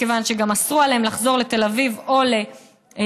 מכיוון שגם אסרו עליהם לחזור לתל אביב או לאילת,